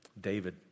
David